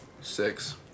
Six